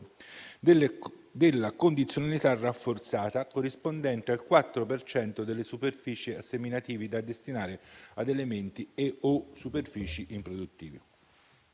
della condizionalità rafforzata, corrispondente al 4 per cento delle superfici a seminativi da destinare ad elementi e/o superfici improduttive.